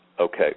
Okay